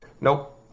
Nope